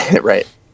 Right